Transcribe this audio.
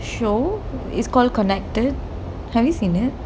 show is called connected have you seen it